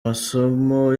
masomo